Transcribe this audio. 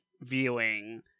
viewing